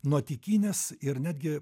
nuotykinis ir netgi